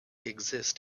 exist